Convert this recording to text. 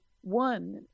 one